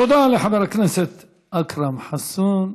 תודה לחבר הכנסת אכרם חסון.